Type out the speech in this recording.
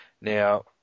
Now